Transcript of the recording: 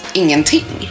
ingenting